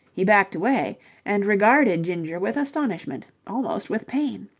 he backed away and regarded ginger with astonishment, almost with pain.